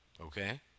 Okay